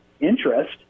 interest